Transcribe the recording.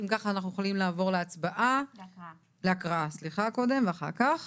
אז אם כך, אנחנו יכולים לעבור להקראה קודם ואחר כך